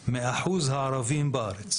המדינה שלנו מתבססת חברתית וכלכלית על מדע, הנדסה